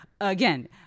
again